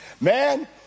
Man